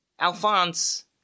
Alphonse